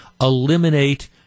eliminate